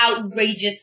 outrageous